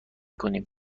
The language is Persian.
کنیم